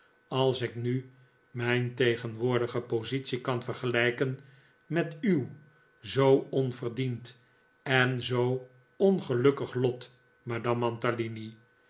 als ik nu mijn tegenwoordige positie kan vergelijken met uw zoo onverdiend en zoo ongelfikkig lot madame mantalini